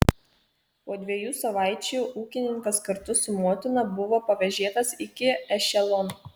po dviejų savaičių ūkininkas kartu su motina buvo pavėžėtas iki ešelono